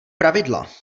pravidla